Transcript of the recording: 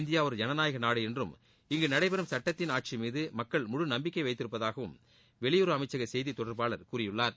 India ஒரு ஜனநாயக நாடு என்றும் இங்கு நடைபெறும் சட்டத்தின் ஆட்சி மீது மக்கள் முழு நம்பிக்கை வைத்திருப்பதாகவும் வெளியுறவு அமைச்சக செய்தி தொடர்பாளர் கூறியுள்ளார்